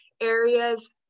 areas